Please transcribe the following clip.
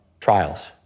trials